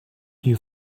you